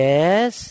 Yes